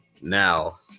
now